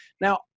now